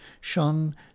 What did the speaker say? shone